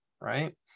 right